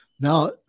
Now